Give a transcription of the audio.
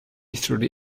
through